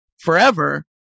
forever